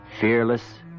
fearless